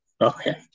Okay